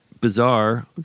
bizarre